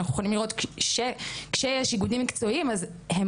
אנחנו יכולים לראות שכשיש איגודים מקצועיים אז הם